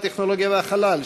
הטכנולוגיה והחלל,